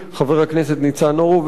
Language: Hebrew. חבר הכנסת ניצן הורוביץ,